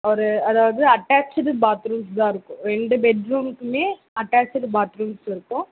ஒரு அதாவது attached bathrooms தான் இருக்கும் ரெண்டு பெட் ரூம்க்குமே அட்டேச்சிடு பாத்ரூம்ஸ் இருக்கும்